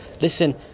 Listen